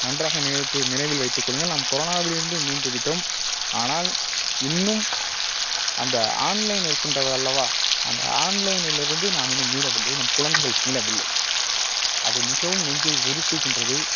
நன்றாக நினைவித்து நினைவில் வைத்துக் கொள்ளுங்கள் நாம் கொரோனாவிலிருந்து மீண்டு விட்டோம் ஆனால் இன்னும் அந்த ஆன்லைன் இருக்கின்றது அல்லவா அந்த ஆன்லைனிலிருந்து நாம் இன்னும் மீளவில்லை நம் குழந்தைகள் மீளவில்லை அது மிகவும் நெஞ்சை உருக்குகின்றது